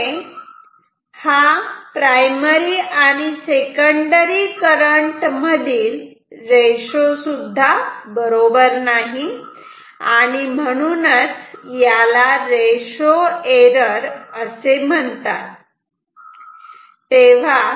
त्यामुळे हा प्रायमरी आणि सेकंडरी करंट मधील रेशो बरोबर नाही आणि म्हणूनच याला रेशो एरर असे म्हणतात